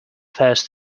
first